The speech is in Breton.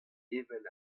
evel